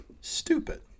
stupid